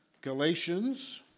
galatians